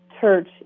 church